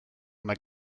mae